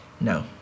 No